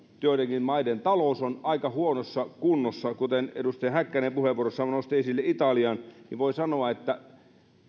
joidenkin maiden talous on aika huonossa kunnossa edustaja häkkänen puheenvuorossaan nosti esille italian voin sanoa että